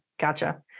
Gotcha